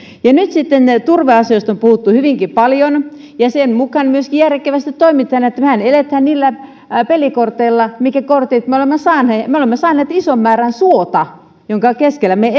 nyt sitten turveasioista on puhuttu hyvinkin paljon ja sen mukaan myös järkevästi toimitaan mehän elämme niillä pelikorteilla mitkä kortit me olemme saaneet ja me olemme saaneet ison määrän suota jonka keskellä me